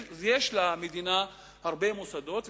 יש למדינה הרבה מוסדות,